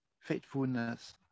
faithfulness